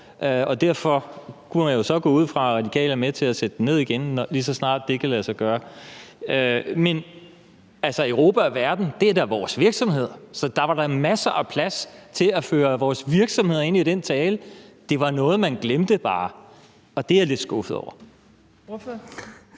og derfor kunne man jo så gå ud fra, at Radikale er med til at sætte den ned igen, lige så snart det kan lade sig gøre. Men Europa og verden er da vores virksomheder, så der var masser af plads til at føre vores virksomheder ind i den tale. Det var bare noget, man glemte, og det er jeg lidt skuffet over.